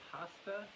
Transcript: Pasta